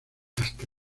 hasta